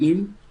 יש